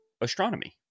astronomy